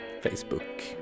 Facebook